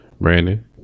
Brandon